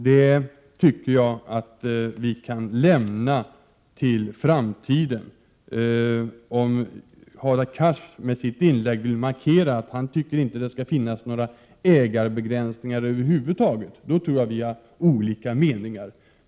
Det tycker jag att vi kan lämna till framtiden. Om Hadar Cars med sitt inlägg vill markera att han inte tycker att det skall finnas några ägarbegräsningar över huvud taget tror jag vi har olika meningar.